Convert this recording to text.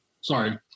Sorry